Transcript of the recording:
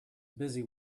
busy